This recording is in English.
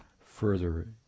further